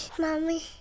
mommy